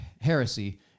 heresy